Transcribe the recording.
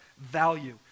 value